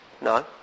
No